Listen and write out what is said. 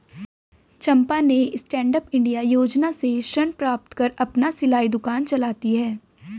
चंपा ने stand up India योजना से ऋण प्राप्त कर अपना सिलाई दुकान चलाती है